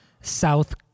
South